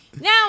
Now